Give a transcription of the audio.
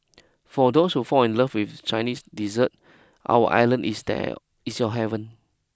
for those who fall in love with Chinese dessert our island is is your heaven